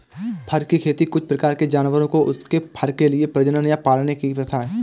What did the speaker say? फर की खेती कुछ प्रकार के जानवरों को उनके फर के लिए प्रजनन या पालने की प्रथा है